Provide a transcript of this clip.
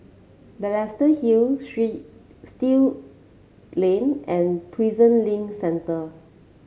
Balestier Hill Street Still Lane and Prison Link Centre